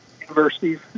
universities